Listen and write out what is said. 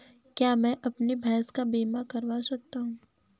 क्या मैं अपनी भैंस का बीमा करवा सकता हूँ?